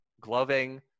gloving